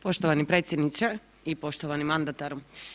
Poštovani predsjedniče i poštovani mandataru.